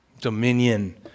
dominion